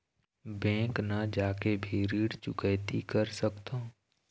Bank न जाके भी ऋण चुकैती कर सकथों?